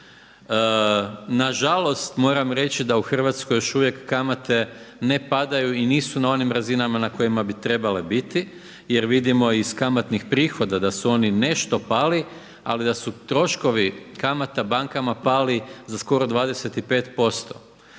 Nažalost moram reći da u Hrvatskoj još uvijek kamate ne padaju i nisu na onim razinama na kojima bi trebale biti jer vidimo iz kamatnih prihoda da su oni nešto pali ali da su troškovi kamata bankama pali za skoro 25%,